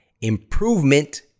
improvement